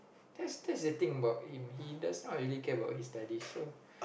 that's that's the thing about him he does not really care about his studies so